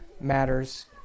matters